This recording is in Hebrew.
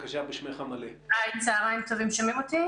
בקהילה.